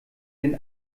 den